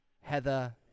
Heather